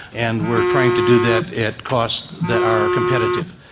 and we're trying to do that at costs that are competitive.